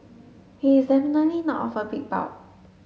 he is definitely not of a big bulk